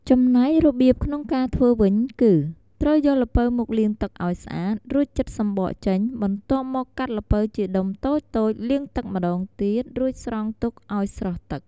ចំណែករបៀបក្នុងការធ្វើវិញគឺ ត្រូវយកល្ពៅមកលាងទឹកឲ្យស្អាត រួចចិតសំបកចេញ បន្ទាប់មកកាត់ល្ពៅជាដុំតូចៗ លាងទឹកម្តងទៀត រួចស្រង់ទុកឲ្យស្រក់ទឹក។